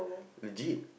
legit